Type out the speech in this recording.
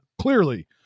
clearly